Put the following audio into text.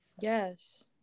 Yes